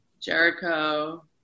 Jericho